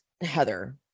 Heather